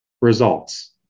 Results